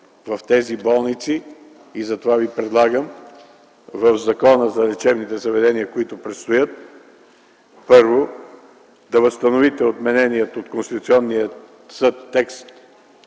в тези болници. Затова Ви предлагам в Закона за лечебните заведения, който предстои, първо, да възстановите отменения от Конституционния съд текст,